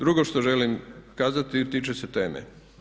Drugo što želim kazati tiče se teme.